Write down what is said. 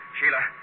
Sheila